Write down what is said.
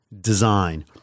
design